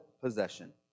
possession